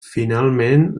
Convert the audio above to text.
finalment